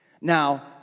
Now